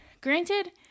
granted